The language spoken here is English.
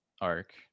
arc